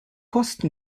kosten